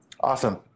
Awesome